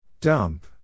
Dump